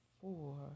four